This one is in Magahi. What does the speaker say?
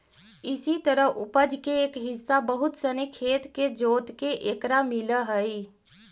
इसी तरह उपज के एक हिस्सा बहुत सनी खेत के जोतके एकरा मिलऽ हइ